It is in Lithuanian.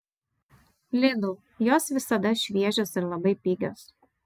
lidl jos visada šviežios ir labai pigios